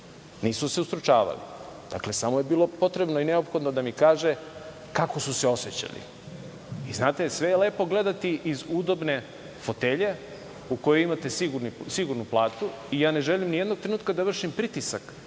su se? Dakle, samo je bilo potrebno i neophodno da mi kaže kako su se osećali. Znate, sve je lepo gledati iz udobne fotelje u kojoj imate sigurnu platu i ja ne želim ni jednog trenutka da vršim pritisak